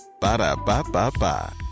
Ba-da-ba-ba-ba